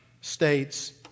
states